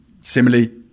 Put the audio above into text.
similarly